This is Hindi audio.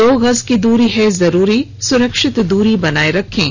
दो गज की दूरी है जरूरी सुरक्षित दूरी बनाए रखें